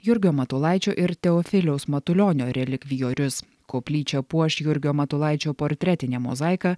jurgio matulaičio ir teofiliaus matulionio relikvijorius koplyčią puoš jurgio matulaičio portretinė mozaika